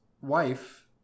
wife